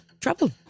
trouble